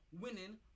winning